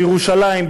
בירושלים,